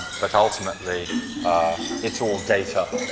but ultimately it's all data.